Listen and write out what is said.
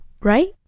right